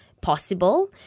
possible